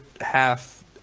half